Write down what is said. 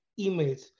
emails